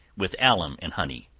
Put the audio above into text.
with alum and honey,